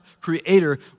creator